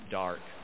dark